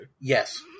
Yes